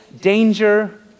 danger